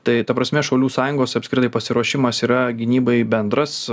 tai ta prasme šaulių sąjungos apskritai pasiruošimas yra gynybai bendras